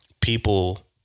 people